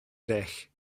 eraill